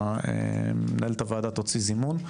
מנהלת הוועדה תוצאי זימון.